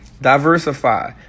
Diversify